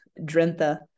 Drentha